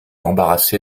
embarrassé